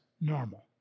normal